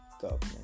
government